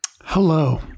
Hello